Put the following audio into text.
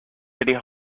city